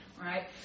right